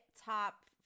top